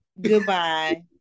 Goodbye